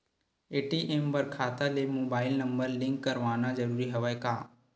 ATM बर खाता ले मुबाइल नम्बर लिंक करवाना ज़रूरी हवय का?